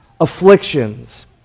afflictions